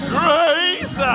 grace